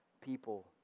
people